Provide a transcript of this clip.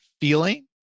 feeling